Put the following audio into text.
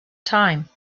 time